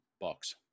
box